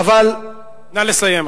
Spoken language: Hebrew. נא לסיים.